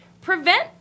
prevent